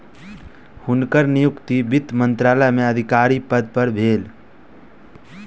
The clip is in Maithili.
हुनकर नियुक्ति वित्त मंत्रालय में अधिकारी पद पर भेल